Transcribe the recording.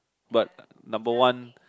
but number one